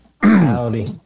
Howdy